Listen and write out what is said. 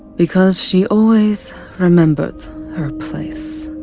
because she always remembered her place.